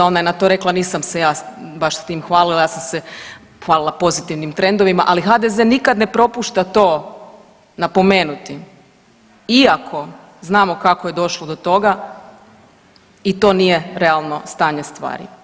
Ona je na to rekla nisam se ja baš sa tim hvalila, ja sam se hvalila pozitivnim trendovima ali HDZ nikad ne propušta to napomenuti iako znamo kako je došlo do toga i to nije realno stanje stvari.